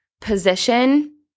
position